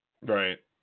Right